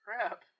Crap